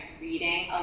reading